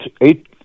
eight